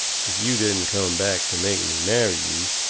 if you didn't come back to make me marry you,